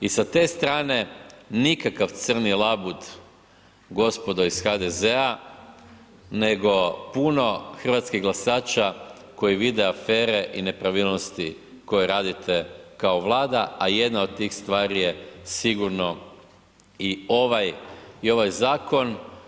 I sa te strane nikakav crni labud gospodo iz HDZ-a nego puno hrvatskih glasača koji vide afere i nepravilnosti koje radite kao Vlada, a jedna od tih stvari je sigurno i ovaj zakon.